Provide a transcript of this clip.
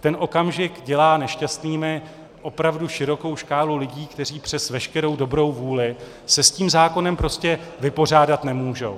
V ten okamžik dělá nešťastnými opravdu širokou škálu lidí, kteří přes veškerou dobrou vůli se s tím zákonem prostě vypořádat nemůžou.